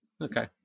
Okay